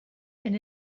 and